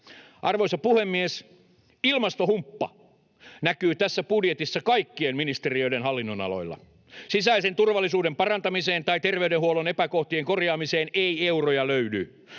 Arvoisa puhemies! Ilmastohumppa näkyy tässä budjetissa kaikkien ministeriöiden hallinnonaloilla. Sisäisen turvallisuuden parantamiseen tai terveydenhuollon epäkohtien korjaamiseen ei euroja löydy,